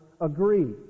agree